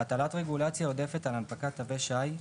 הטלת רגולציה עודפת על הנפקת תווי שי,